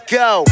go